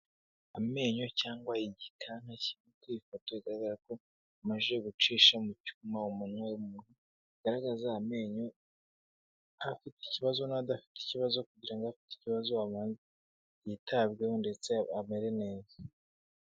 Amenyo cyangwa igikanka kiri ku ifoto bigaragara ko bamajije gucisha mu cyuma umuntu ugaragaza amenyo, abafite ikibazo n'adafite ikibazo kugira ngo afite ikibazo yitabweho ndetse amere neza.